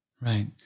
Right